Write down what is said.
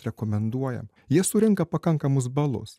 rekomenduojam jie surenka pakankamus balus